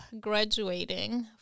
graduating